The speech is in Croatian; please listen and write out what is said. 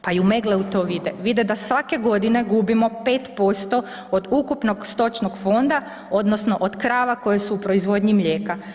Pa i u Meggleu to vide, vide da svake godine gubimo 5% od ukupnog stočnog fonda odnosno od krava koje su u proizvodnji mlijeka.